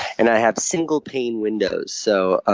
and i have single-pane windows. so